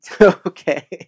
Okay